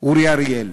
אורי אריאל,